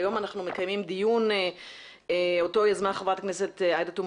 היום אנחנו מקיימים דיון אותו יזמה חברת הכנסת עאידה תומא